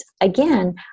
again